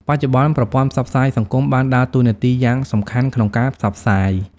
បច្ចុប្បន្ន ប្រព័ន្ធផ្សព្វផ្សាយសង្គមបានដើរតួនាទីយ៉ាងសំខាន់ក្នុងការផ្សព្វផ្សាយ។